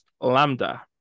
Lambda